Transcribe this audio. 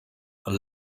her